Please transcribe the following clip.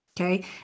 okay